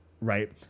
right